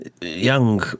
young